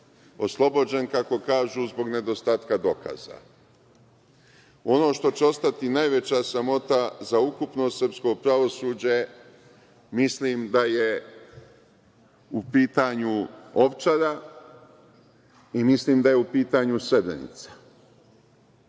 Oslobođen, kako kažu, zbog nedostatka dokaza. Ono što će ostati najveća sramota za ukupno srpsko pravosuđe, mislim da je u pitanju Ovčara i mislim da je u pitanju Srebrenica.